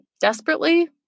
desperately